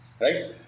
Right